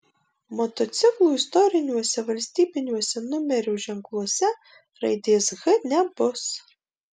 motociklų istoriniuose valstybiniuose numerio ženkluose raidės h nebus